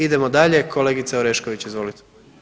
Idemo dalje, kolegica Orešković, izvolite.